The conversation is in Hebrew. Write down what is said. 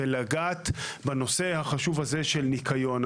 ולגעת בנושא החשוב הזה של ניקיון.